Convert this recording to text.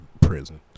prison